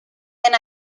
den